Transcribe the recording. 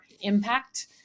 impact